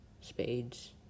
spades